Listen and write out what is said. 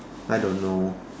I don't know